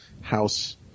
house